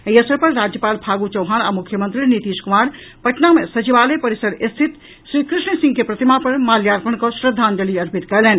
एहि अवसर पर राज्यपाल फागु चौहान आ मुख्यमंत्री नीतीश कुमार पटना मे सचिवालय परिसर स्थित श्रीकृष्ण सिंह के प्रतिमा पर माल्यार्पण कऽ श्रद्वांजलि अर्पित कयलनि